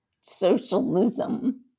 socialism